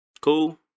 Cool